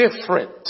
different